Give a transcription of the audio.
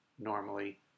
Normally